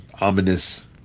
ominous